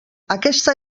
aquesta